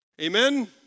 Amen